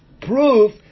proof